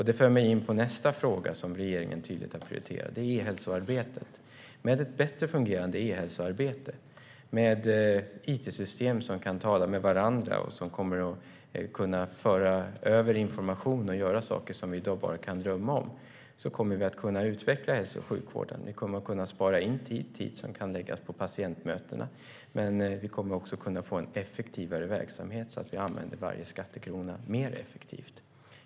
Det för mig in på nästa fråga som regeringen tydligt har prioriterat, nämligen e-hälsoarbetet. Med ett bättre fungerande e-hälsoarbete, med it-system som kan tala med varandra och som kommer att kunna föra över information och göra saker som vi i dag bara kan drömma om kommer vi att kunna utveckla hälso och sjukvården. Vi kommer att kunna spara in tid som kan läggas på patientmöten, men vi kommer också att kunna få en effektivare verksamhet så att vi använder varje skattekrona mer effektivt.